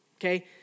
okay